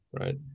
Right